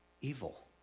evil